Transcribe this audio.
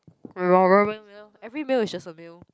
meal every meal is just a meal